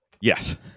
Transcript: Yes